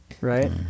Right